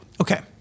okay